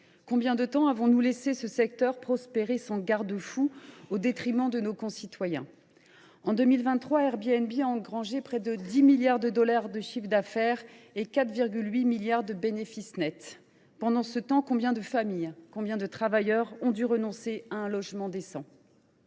Combien de temps avons nous laissé ce secteur prospérer sans garde fou, au détriment de nos concitoyens ? En 2023, Airbnb a engrangé près de 10 milliards de dollars de chiffre d’affaires et 4,8 milliards de dollars de bénéfice net. Pendant ce temps, combien de familles, combien de travailleurs ont dû renoncer à un logement décent ?